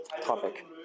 topic